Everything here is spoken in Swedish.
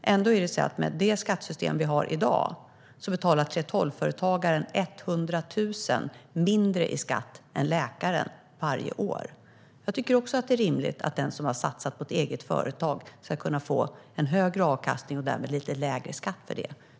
Ändå är det så att med det skattesystem som vi har i dag betalar 3:12-företagaren 100 000 mindre i skatt än läkaren varje år. Jag tycker också att det är rimligt att den som har satsat på ett eget företag ska kunna få en högre avlastning och därmed lite lägre skatt för detta.